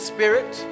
Spirit